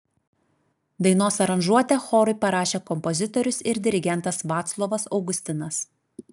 dainos aranžuotę chorui parašė kompozitorius ir dirigentas vaclovas augustinas